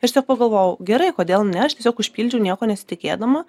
ir aš taip pagalvojau gerai kodėl ne aš tiesiog užpildžiau nieko nesitikėdama